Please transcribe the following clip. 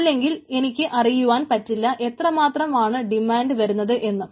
അല്ലെങ്കിൽ എനിക്ക് അറിയുവാൻ പറ്റില്ല എത്ര മാത്രമാണ് ഡിമാന്റ് വരുന്നത് എന്ന്